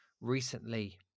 recently